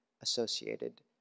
associated